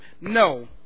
No